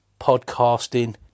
podcasting